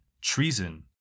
treason